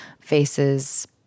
faces